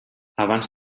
abans